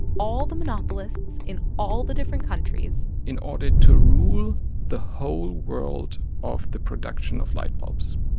all the monopolists in all the different countries. in order to rule the whole world of the production of light bulbs